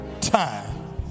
time